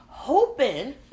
hoping